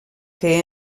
que